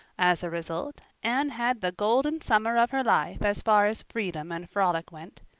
as a result, anne had the golden summer of her life as far as freedom and frolic went.